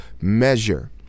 measure